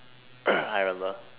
I remember